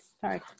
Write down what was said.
sorry